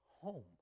home